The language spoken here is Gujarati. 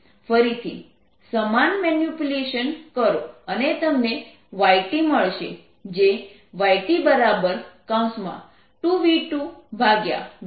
ફરીથી સમાન મેનીપ્યુલેશન કરો અને તમને yT મળશે જે yT2 v2v2v1yI છે